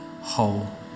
whole